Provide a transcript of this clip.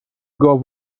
گاو